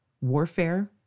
warfare